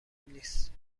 نیست